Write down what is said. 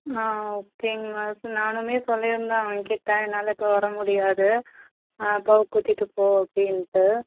ஆ ஓகேங்க மிஸ் நானுமே சொல்லிருந்தேன் அவன்கிட்ட என்னால் இப்போ வர முடியாது அப்பாவே கூட்டிகிட்டு போ அப்படின்ட்டு